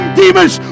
demons